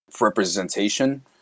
representation